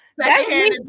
Secondhand